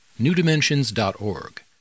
newdimensions.org